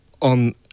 on